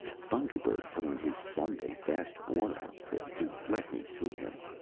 thunder-bird put on his sunday-best war outfit to let me see him,